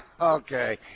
Okay